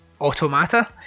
automata